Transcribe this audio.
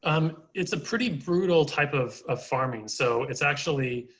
um it's a pretty brutal type of ah farming. so it's actually,